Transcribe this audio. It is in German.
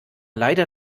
leider